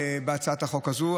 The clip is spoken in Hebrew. בהצעת החוק הזו.